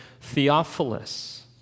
Theophilus